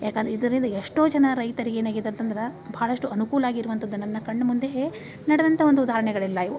ಯಾಕಂದರೆ ಇದರಿಂದ ಎಷ್ಟೋ ಜನ ರೈತರಿಗೇನಾಗಿದೆ ಅಂತಂದ್ರೆ ಭಾಳಷ್ಟು ಅನುಕೂಲ ಆಗಿರುವಂಥದನ್ನು ನನ್ನ ಕಣ್ಣ ಮುಂದೆಯೇ ನಡೆದಂಥ ಒಂದು ಉದಾಹರಣೆಗಳೆಲ್ಲ ಇವು